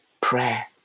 Prayer